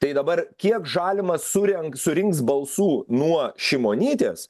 tai dabar kiek žalimas surenk surinks balsų nuo šimonytės